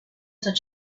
such